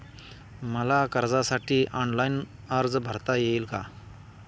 मला कर्जासाठी ऑनलाइन अर्ज भरता येईल का?